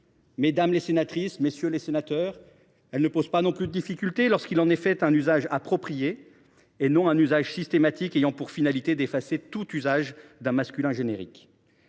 mesdames les sénatrices, messieurs les sénateurs – ne pose pas davantage de difficulté, dès lors qu’il en est fait un usage approprié et non systématique, ayant pour finalité d’effacer tout emploi d’un masculin générique.